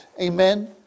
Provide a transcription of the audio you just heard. amen